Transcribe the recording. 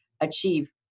achieve